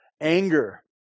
anger